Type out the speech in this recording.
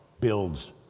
builds